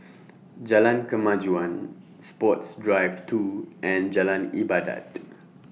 Jalan Kemajuan Sports Drive two and Jalan Ibadat